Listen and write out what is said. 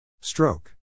Stroke